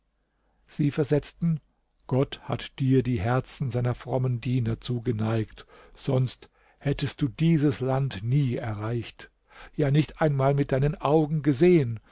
sie versetzten gott hat dir die herzen seiner frommen diener zugeneigt sonst hättest du dieses land nie erreicht ja nicht einmal mit deinen augen gesehen